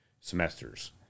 semesters